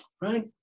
Right